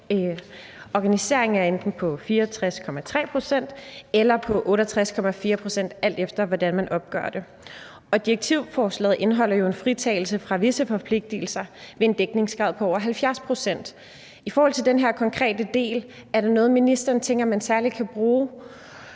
organiseringen er på enten 64,3 pct. eller 68,4 pct., alt efter hvordan man opgør det. Og direktivforslaget indeholder jo en fritagelse fra visse forpligtigelser ved en dækningsgrad på over 70 pct. Er der i forhold til den her konkrete del noget, som ministeren særlig tænker man kan bruge